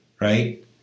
right